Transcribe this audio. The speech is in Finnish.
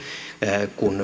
kun